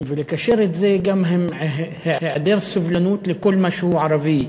ולקשר את זה גם עם היעדר סובלנות לכל מה שהוא ערבי,